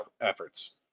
efforts